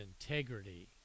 integrity